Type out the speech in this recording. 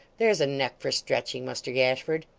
there's a neck for stretching, muster gashford